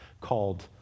called